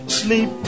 sleep